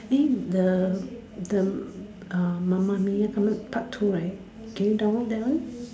eh the the mamma-mia part two right can you download that one